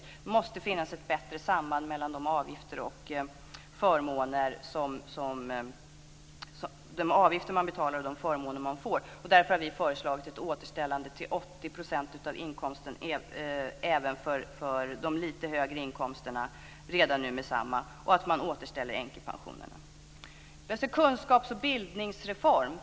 Det måste finnas ett bättre samband mellan de avgifter man betalar och de förmåner man får. Därför har vi föreslagit ett återställande till 80 % av inkomsten även för dem med lite högre inkomster redan nu meddetsamma och att man återställer änkepensionerna. Det behövs en kunskaps och bildningsreform.